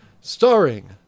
Starring